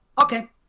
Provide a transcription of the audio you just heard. Okay